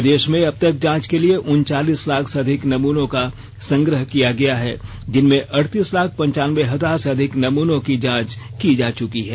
प्रदेश में अबतक जांच के लिए उनचालीस लाख से अधिक नमूनों का संग्रह किया गया है जिनमें अड़तीस लाख पनचानबे हजार से अधिक नमूनों की जांच की जा चुकी है